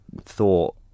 thought